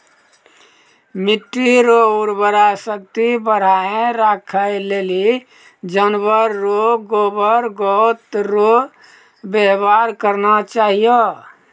मिट्टी रो उर्वरा शक्ति बढ़ाएं राखै लेली जानवर रो गोबर गोत रो वेवहार करना चाहियो